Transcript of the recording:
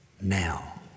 now